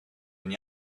and